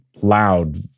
loud